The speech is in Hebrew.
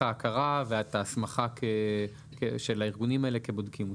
ההכרה ואת ההסמכה של הארגונים האלה כבודקים מוסמכים.